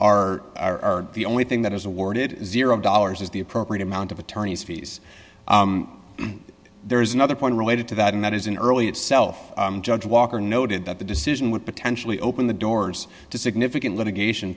are are the only thing that is awarded zero dollars is the appropriate amount of attorney's fees there is another point related to that and that is in early itself judge walker noted that the decision would potentially open the doors to significant litigation